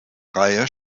reihe